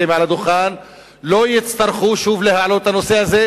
מעל הדוכן לא יצטרכו שוב להעלות את הנושא הזה,